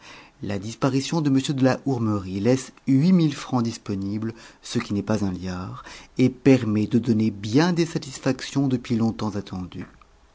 la disparition de m de la hourmerie laisse francs disponibles ce qui n'est pas un liard et permet de donner bien des satisfactions depuis longtemps attendues